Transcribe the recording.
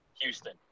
Houston